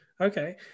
Okay